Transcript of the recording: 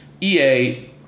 EA